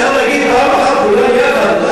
אפשר להגיד פעם אחת כולם יחד.